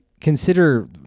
Consider